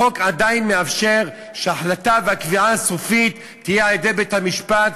החוק עדיין מאפשר שההחלטה והקביעה הסופית תהיה על-ידי בית-המשפט,